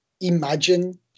imagine